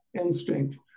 instinct